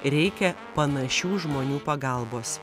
reikia panašių žmonių pagalbos